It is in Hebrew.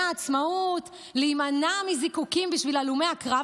העצמאות להימנע מזיקוקים בשביל הלומי הקרב,